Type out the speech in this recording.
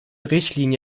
richtlinie